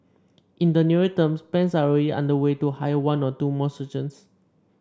in the nearer term plans are already underway to hire one or two more surgeons